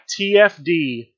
TFD